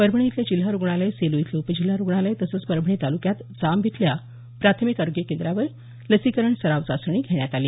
परभणी इथलं जिल्हा रुग्णालय सेलू इथलं उपजिल्हा रुग्णालय तसंच परभणी तालूक्यात जांब इथल्या प्राथमिक आरोग्य केंद्रावर लसीकरण सराव चाचणी घेण्यात आली